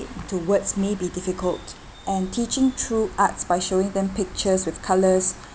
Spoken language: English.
towards may be difficult and teaching through arts by showing them pictures with colours